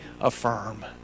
affirm